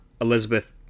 Elizabeth